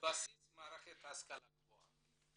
לבסיס מערכת ההשכלה הגבוהה".